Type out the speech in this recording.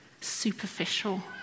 superficial